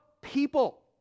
people